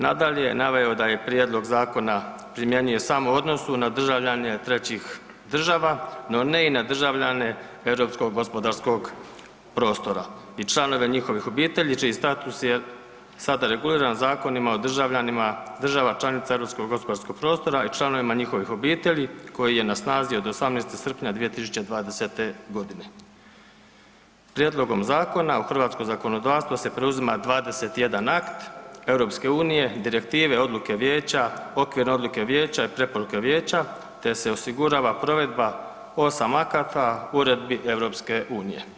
Nadalje, naveo je da je prijedlog zakona primjenjuje samo u odnosu na državljane trećih država, no ne i na državljane Europskog gospodarskog prostora i članove njihovih obitelji čiji status je sada reguliran Zakonima o državljanima država članica Europskog gospodarskog prostora i članovima njihovih obitelji koji je na snazi od 18. srpnja 2020.g. Prijedlogom zakona u hrvatsko zakonodavstvo se preuzima 21 akt EU, direktive, odluke vijeća, okvirne odluke vijeća i preporuke vijeća, te se osigurava provedba 8 akata uredbi EU.